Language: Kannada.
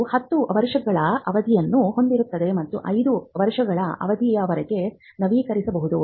ಇದು 10 ವರ್ಷಗಳ ಅವಧಿಯನ್ನು ಹೊಂದಿರುತ್ತದೆ ಮತ್ತು 5 ವರ್ಷಗಳ ಅವಧಿಯವರೆಗೆ ನವೀಕರಿಸಬಹುದು